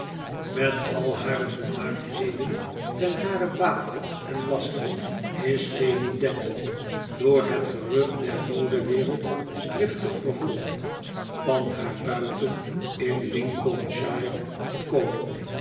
met al hare volmaaktheden ten haren bate en laste is lady dedlock door het gerucht der modewereld driftig vervolgd van haar buiten in lincolnshire gekomen